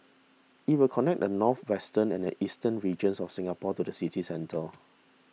it will connect the northwestern and eastern regions of Singapore to the city centre